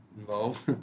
involved